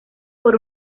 por